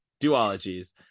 duologies